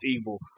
evil